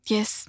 Yes